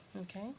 Okay